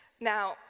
Now